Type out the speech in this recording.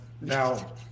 Now